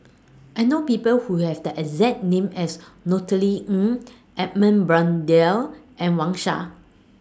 I know People Who Have The exact name as Ng Edmund Blundell and Wang Sha